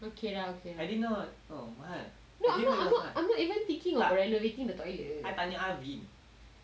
okay lah no no I'm not even thinking of renovating the toilet